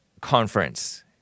conference